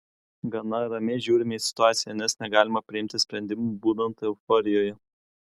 gana ramiai žiūrime į situaciją nes negalima priimti sprendimų būnant euforijoje